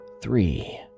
Three